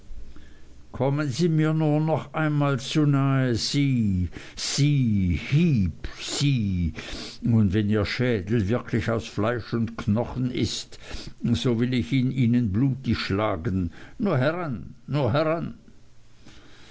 kommen sie mir nur noch einmal zu nahe sie sie heep sie und wenn ihr schädel wirklich aus fleisch und knochen ist so will ich ihn ihnen blutig schlagen nur heran nur heran